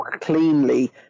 cleanly